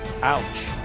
Ouch